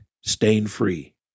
stain-free